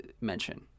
mention